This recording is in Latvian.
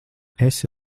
esi